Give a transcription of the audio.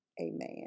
amen